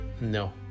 no